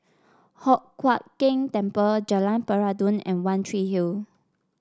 Hock Huat Keng Temple Jalan Peradun and One Tree Hill